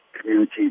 community